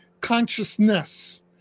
consciousness